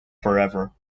forever